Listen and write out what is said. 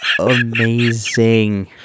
amazing